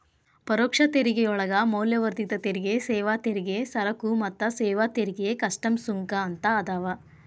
ಪರೋಕ್ಷ ತೆರಿಗೆಯೊಳಗ ಮೌಲ್ಯವರ್ಧಿತ ತೆರಿಗೆ ಸೇವಾ ತೆರಿಗೆ ಸರಕು ಮತ್ತ ಸೇವಾ ತೆರಿಗೆ ಕಸ್ಟಮ್ಸ್ ಸುಂಕ ಅಂತ ಅದಾವ